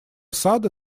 сада